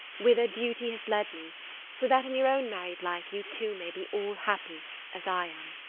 whither duty has led me so that in your own married life you too may be all happy as i am.